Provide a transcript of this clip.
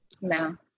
No